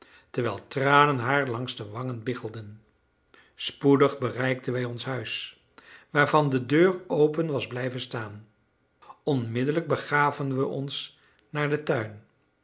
terwijl tranen haar langs de wangen biggelden spoedig bereikten wij ons huis waarvan de deur open was blijven staan onmiddellijk begaven we ons naar den tuin